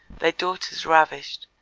their daughters ravished,